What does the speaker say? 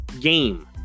game